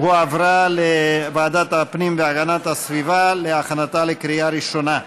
והיא תועבר לוועדת הפנים והגנת הסביבה להכנתה לקריאה ראשונה.